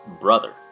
brother